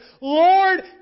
Lord